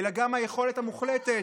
אלא גם היכולת המוחלטת,